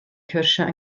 cyrsiau